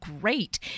great